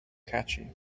catchy